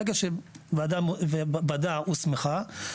זה שברגע שוועדה הוסמכה,